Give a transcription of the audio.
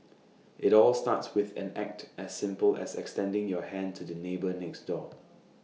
IT all starts with an act as simple as extending your hand to the neighbour next door